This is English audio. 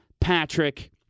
Patrick